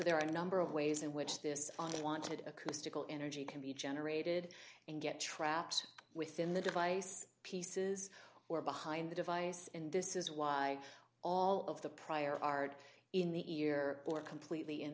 there are a number of ways in which this on the wanted acoustical energy can be generated and get trapped within the device pieces or behind the device and this is why all of the prior art in the ear or completely in